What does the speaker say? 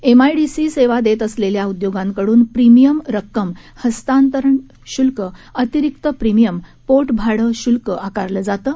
MIDC सेवा देत असलेल्या उद्योगांकडून प्रिमियम रक्कम हस्तांतर शुल्क अतिरिक्त प्रिमियम पोटभाडे शुल्क आकारले जाते